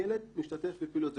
ילד משתתף בפעילויות.